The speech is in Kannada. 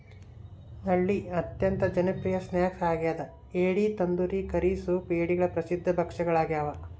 ನಳ್ಳಿ ಅತ್ಯಂತ ಜನಪ್ರಿಯ ಸ್ನ್ಯಾಕ್ ಆಗ್ಯದ ಏಡಿ ತಂದೂರಿ ಕರಿ ಸೂಪ್ ಏಡಿಗಳ ಪ್ರಸಿದ್ಧ ಭಕ್ಷ್ಯಗಳಾಗ್ಯವ